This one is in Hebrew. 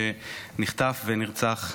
שנחטף ונרצח בעזה.